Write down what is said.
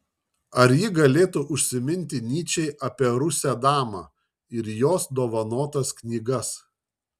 ar ji galėtų užsiminti nyčei apie rusę damą ir jos dovanotas knygas